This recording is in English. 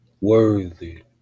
worthy